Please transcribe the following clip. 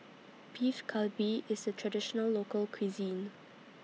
Beef Galbi IS A Traditional Local Cuisine